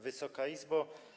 Wysoka Izbo!